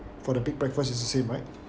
for the big breakfast is the same right